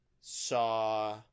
saw